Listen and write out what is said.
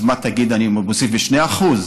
אז מה תגיד, אני מוסיף ב-2%?